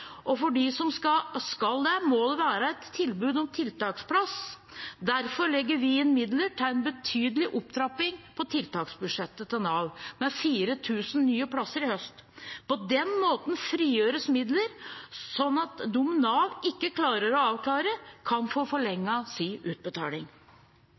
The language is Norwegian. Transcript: og for dem som skal bli det, må det være et tilbud om tiltaksplass. Derfor legger vi inn midler til en betydelig opptrapping på tiltaksbudsjettet til Nav, med 4 000 nye plasser i høst. På den måten frigjøres midler, sånn at de som Nav ikke klarer å avklare, kan få